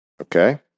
Okay